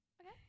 Okay